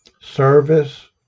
service